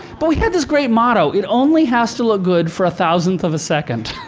but we had this great motto it only has to look good for a thousandth of a second.